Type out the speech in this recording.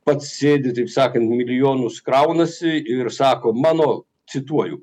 pats sėdi taip sakant milijonus kraunasi ir sako mano cituoju